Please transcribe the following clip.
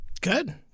Good